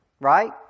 right